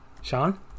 Sean